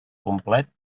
complet